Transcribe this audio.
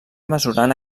mesurant